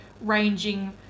ranging